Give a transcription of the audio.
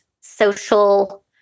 social